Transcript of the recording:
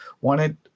wanted